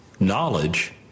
Knowledge